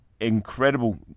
incredible